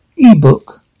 Ebook